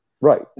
Right